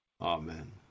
amen